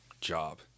job